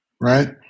right